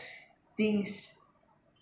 things